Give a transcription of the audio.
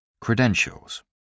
Credentials